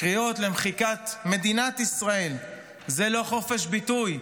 קריאות למחיקת מדינת ישראל זה לא חופש ביטוי.